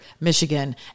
Michigan